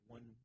One